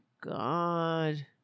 God